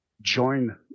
join